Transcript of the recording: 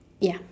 ya